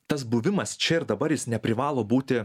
tas buvimas čia ir dabar jis neprivalo būti